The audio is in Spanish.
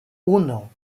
uno